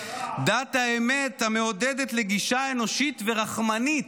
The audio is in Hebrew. דת האמת המעודדת לגישה האנושית ורחמנית,